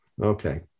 okay